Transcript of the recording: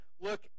look